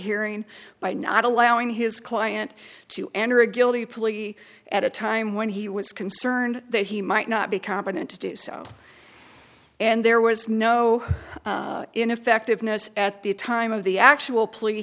hearing by not allowing his client to enter a guilty plea at a time when he was concerned that he might not be competent to do so and there was no ineffectiveness at the time of the actual plea